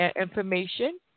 information